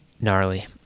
gnarly